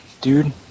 dude